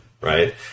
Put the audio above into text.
right